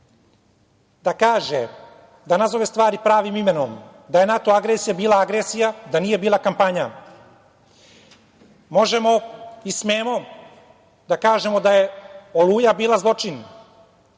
da kaže, da nazove stvari pravim imenom, da je NATO agresija bila agresija, da nije bila kampanja. Možemo i smemo da kažemo da je Oluja bila zločin.